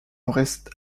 reste